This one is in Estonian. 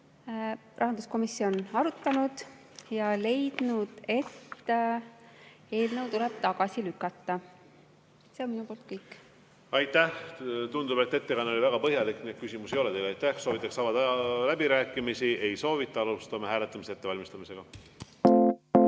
ka seda eelnõu arutanud ja leidnud, et eelnõu tuleb tagasi lükata. See on minu poolt kõik. Aitäh! Tundub, et ettekanne oli väga põhjalik, nii et küsimusi ei ole teile. Aitäh! Kas soovitakse avada läbirääkimisi? Ei soovita. Alustame hääletamise ettevalmistamist. Head